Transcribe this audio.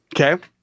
Okay